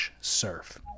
surf